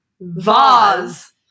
vase